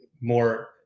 more